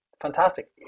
fantastic